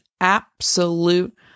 absolute